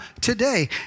today